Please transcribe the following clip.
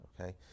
okay